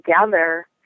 together